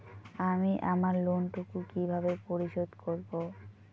আমি আমার লোন টুকু কিভাবে পরিশোধ করব?